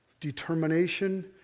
determination